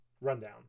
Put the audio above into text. Rundown